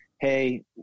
hey